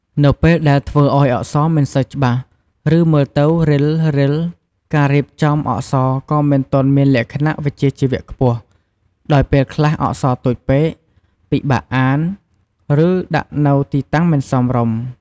នៅពេលដែលធ្វើឱ្យអក្សរ មិនសូវច្បាស់ ឬមើលទៅរិលៗការរៀបចំអក្សរក៏មិនទាន់មានលក្ខណៈវិជ្ជាជីវៈខ្ពស់ ដោយពេលខ្លះអក្សរតូចពេក ពិបាកអាន ឬដាក់នៅទីតាំងមិនសមរម្យ ។